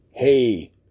Hey